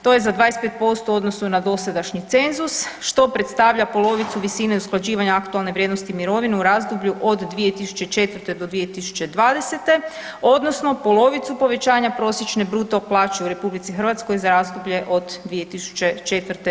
To je za 25% u odnosu na dosadašnji cenzus što predstavlja polovicu visine usklađivanja aktualne vrijednosti mirovine u razdoblju od 2004. do 2020. odnosno polovicu povećanja prosječne bruto plaće u RH za razdoblje od 2004.